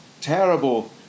terrible